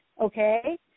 okay